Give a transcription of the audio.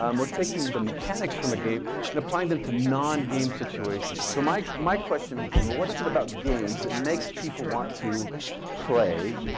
um we're taking the mechanics from a game and applying them to non-game situation. so my my question what is it about games that makes people want to play?